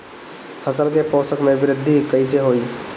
फसल के पोषक में वृद्धि कइसे होई?